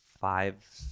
five